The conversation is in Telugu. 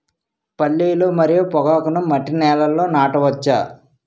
పల్లీలు మరియు పొగాకును మట్టి నేలల్లో నాట వచ్చా?